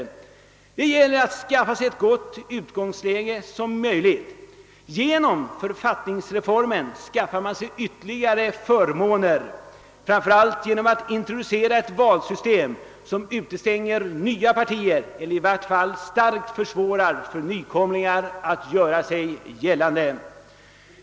Det gäller att få ett så gott utgångsläge som möjligt. Genom =<författningsreformen skaffar man sig ytterligare förmåner framför allt genom att introducera ett valsystem som utestänger nya partier eller i vart fall starkt försvårar för nykomlingar att göra sig gällande.